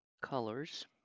Colors